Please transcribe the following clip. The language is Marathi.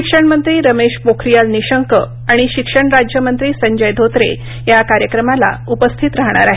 शिक्षण मंत्री रमेश पोखरियाल निशंक आणि शिक्षण राज्यमंत्री संजय धोत्रे या कार्यक्रमाला उपस्थित राहणार आहेत